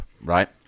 Right